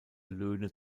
löhne